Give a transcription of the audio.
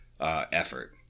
effort